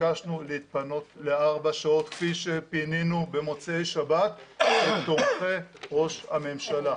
ביקשנו להתפנות לארבע שעות כפי שפינינו במוצאי שבת את תומכי ראש הממשלה.